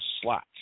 slots